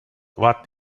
what